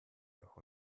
doch